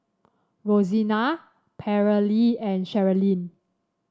Rosina Paralee and Cherilyn